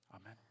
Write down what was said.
Amen